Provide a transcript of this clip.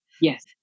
yes